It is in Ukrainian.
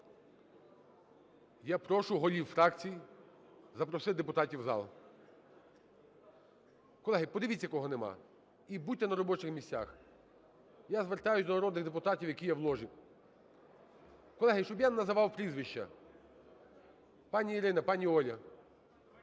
Я прошу голів фракцій запросити депутатів в зал. Колеги, подивіться, кого нема, і будьте на робочих місцях. Я звертаюсь до народних депутатів, які є в ложі, колеги, щоб я не називав прізвища, пані Ірина, пані Ольга,